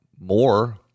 more